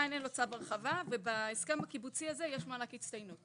עדיין אין לו צו הרחבה ובהסכם הקיבוצי הזה יש מענק הצטיינות.